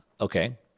okay